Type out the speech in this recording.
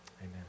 Amen